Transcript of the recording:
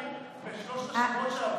בינתיים בשלושת השבועות שעברו,